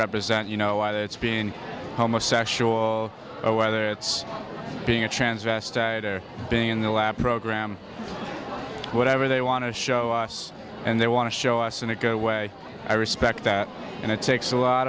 represent you know either it's being homosexual or whether it's being a transvestite or being in the our program whatever they want to show us and they want to show us and it go away i respect that and it takes